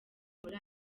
muri